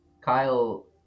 kyle